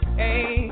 hey